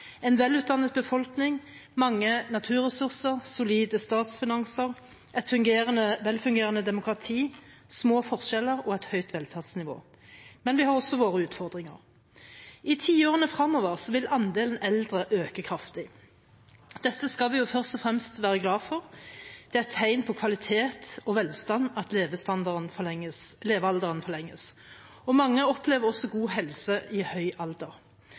en velutdannet befolkning, mange naturressurser, solide statsfinanser, et velfungerende demokrati, små forskjeller og et høyt velferdsnivå. Men vi har også våre utfordringer. I tiårene fremover vil andelen eldre øke kraftig. Dette skal vi først og fremst være glade for; det er tegn på kvalitet og velstand at levealderen forlenges, og mange opplever også god helse i høy alder.